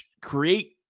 create